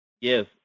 Yes